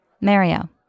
Mario